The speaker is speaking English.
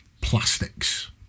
plastics